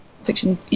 fiction